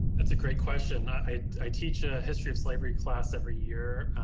that's a great question. i i teach a history of slavery class every year.